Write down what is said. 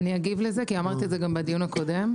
אני אגיב לזה כי שאלתם את זה גם בדיון הקודם.